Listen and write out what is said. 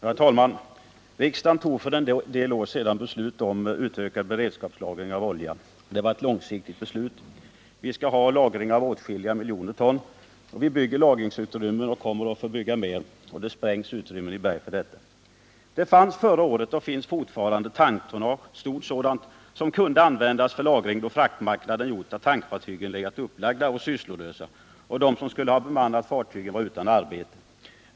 Herr talman! Riksdagen tog för en del år sedan beslut om utökad beredskapslagring av olja. Det var ett långsiktigt beslut. Vi skall ha lagring av åtskilliga miljoner ton. Vi bygger lagringsutrymmen och kommer att få bygga mer. Det sprängs utrymmen i berg för detta. Det fanns förra året, och finns fortfarande, tanktonnage — stort sådant — som kunde användas för lagring då fraktmarknaden gjort att tankfartygen varit upplagda och sysslolösa. De som skulle ha bemannat fartygen var utan arbete.